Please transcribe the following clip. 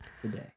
today